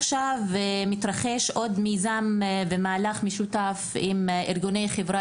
מתרחש עכשיו עוד מיזם ומהלך משותף עם ארגוני החברה